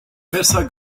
messer